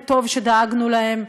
וטוב שדאגנו להם,